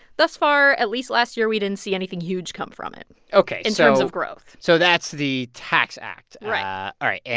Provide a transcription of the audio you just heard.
thus far, at least last year, we didn't see anything huge come from it. ok. in terms of growth so that's the tax act right all right. yeah